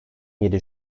yedi